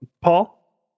Paul